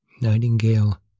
Nightingale